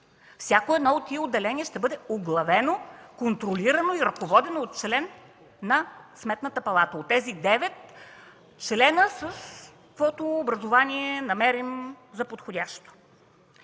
Всяко едно от тези отделения ще бъде оглавено, контролирано и ръководено от член на Сметната палата – от тези девет члена, с каквото образование намерим за подходящо.